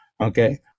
Okay